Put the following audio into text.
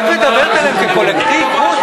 את מדברת עליהם כקולקטיב?